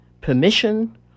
permission